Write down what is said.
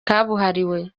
kabuhariwe